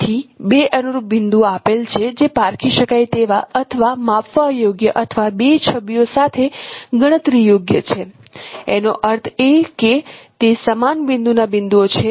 તેથી બે અનુરૂપ બિંદુઓ આપેલ છે જે પારખી શકાય તેવા અથવા માપવા યોગ્ય અથવા બે છબીઓ સાથે ગણતરી યોગ્ય છે એનો અર્થ એ કે તે સમાન બિંદુના બિંદુઓ છે